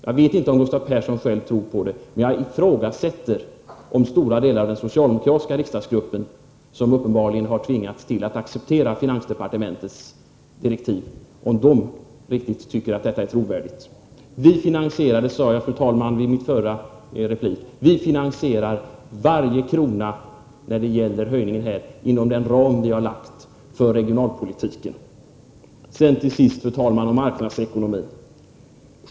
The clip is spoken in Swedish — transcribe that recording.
Jag vet inte om Gustav Persson själv tror på det, men jag ifrågasätter att stora delar av den socialdemokratiska riksdagsgruppen, som uppenbarligen har tvingats acceptera finansdepartementets direktiv, tycker att detta är riktigt trovärdigt. Fru talman! Jag sade i min förra replik att vi moderater finansierar varje krona i denna höjning inom den ram vi har lagt för regionalpolitiken. Till sist, fru talman, några ord om marknadsekonomin.